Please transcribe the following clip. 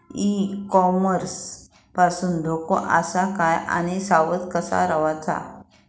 E commerce पासून धोको आसा काय आणि सावध कसा रवाचा?